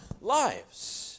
lives